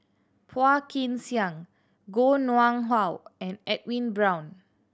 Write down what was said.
Phua Kin Siang Koh Nguang How and Edwin Brown